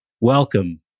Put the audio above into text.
Welcome